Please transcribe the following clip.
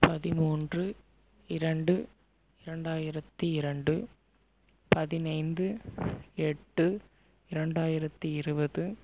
பதிமூன்று இரண்டு இரண்டாயிரத்தி இரண்டு பதினைந்து எட்டு இரண்டாயிரத்தி இருபது